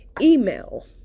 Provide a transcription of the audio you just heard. email